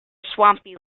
swampy